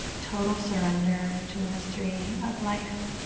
total surrender to the mystery of life,